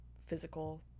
physical